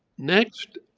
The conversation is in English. next,